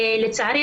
לצערי,